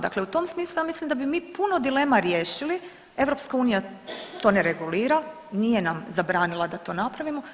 Dakle, u tom smislu ja mislim da bi mi puno dilema riješili, EU to ne regulira, nije nam zabranila da to napravimo.